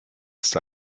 ist